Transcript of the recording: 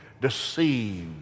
deceived